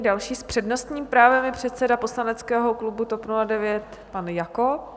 Další s přednostním právem je předseda poslaneckého klubu TOP 09, pan Jakob.